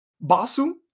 Basu